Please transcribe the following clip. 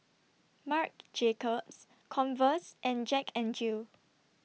Marc Jacobs Converse and Jack N Jill